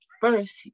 first